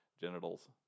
genitals